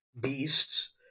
beasts